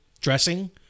dressing